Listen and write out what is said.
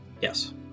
Yes